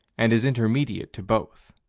and is intermediate to both.